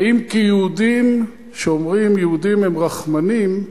האם כיהודים, כשאומרים: יהודים הם רחמנים,